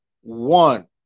one